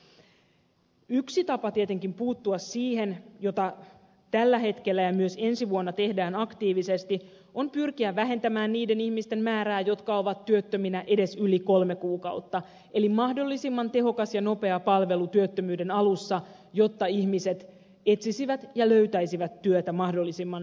tietenkin yksi tapa puuttua siihen mitä tällä hetkellä ja myös ensi vuonna tehdään aktiivisesti on pyrkiä vähentämään edes niiden ihmisten määrää jotka ovat työttöminä yli kolme kuukautta eli mahdollisimman tehokas ja nopea palvelu työttömyyden alussa jotta ihmiset etsisivät ja löytäisivät työtä mahdollisimman nopeasti